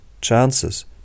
chances